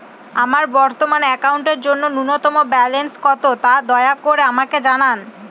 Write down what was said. আমার বর্তমান অ্যাকাউন্টের জন্য ন্যূনতম ব্যালেন্স কত, তা দয়া করে আমাকে জানান